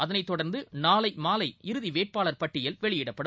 அதைத்தொடர்ந்துநாளைமாலை இறுதிவேட்பாளர் பட்டியல் வெளியிடப்படும்